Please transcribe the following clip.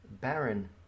Baron